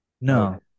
no